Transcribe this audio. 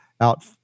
out